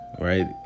right